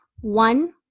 One